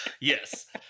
Yes